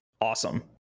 awesome